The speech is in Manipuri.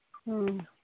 ꯑꯥꯥ